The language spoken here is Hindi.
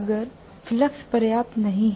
अगर फ्लक्स पर्याप्त नहीं है